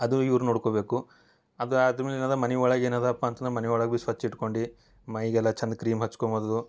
ಅದು ಇವ್ರ ನೋಡ್ಕೊಬೇಕು ಅದು ಅದ್ಮೇಲೆ ಏನದ ಮನೆ ಒಳಗ ಏನದಪ್ಪಾ ಅಂತಂದ್ರ ಮನೆ ಒಳಗ ಬಿ ಸ್ವಚ್ಛ ಇಟ್ಕೊಂಡು ಮೈಗೆಲ್ಲ ಚಂದ ಕ್ರೀಮ್ ಹಚ್ಕೊಂಬದು